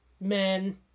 men